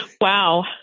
Wow